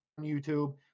youtube